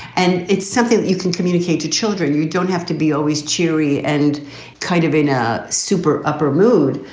and it's something you can communicate to children. you don't have to be always cheery and kind of in a super upper mood.